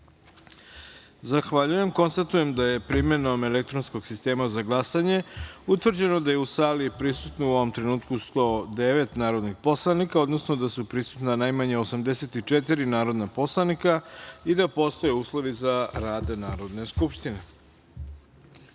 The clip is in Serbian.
jedinice. Zahvaljujem. Konstatujem da je primenom elektronskog sistema za glasanje utvrđeno da je u sali prisutno, u ovom trenutku, 109 narodnih poslanika, odnosno da su prisutna najmanje 84 narodna poslanika i da postoje uslovi za rad Narodne